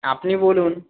আপনি বলুন